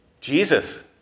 Jesus